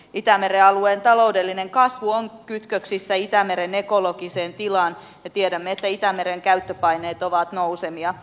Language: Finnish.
itämeren alueen taloudellinen kasvu on kytköksissä itämeren ekologiseen tilaan ja tiedämme että itämeren käyttöpaineet ovat nousevia